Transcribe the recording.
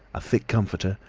a thick comforter,